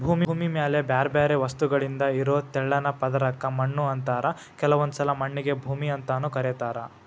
ಭೂಮಿ ಮ್ಯಾಲೆ ಬ್ಯಾರ್ಬ್ಯಾರೇ ವಸ್ತುಗಳಿಂದ ಇರೋ ತೆಳ್ಳನ ಪದರಕ್ಕ ಮಣ್ಣು ಅಂತಾರ ಕೆಲವೊಂದ್ಸಲ ಮಣ್ಣಿಗೆ ಭೂಮಿ ಅಂತಾನೂ ಕರೇತಾರ